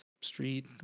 Street